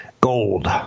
Gold